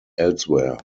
elsewhere